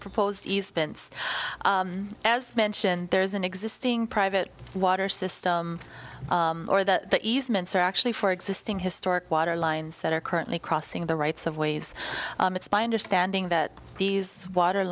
proposed easements as mentioned there is an existing private water system or the easements are actually for existing historic water lines that are currently crossing the rights of ways it's my understanding that these water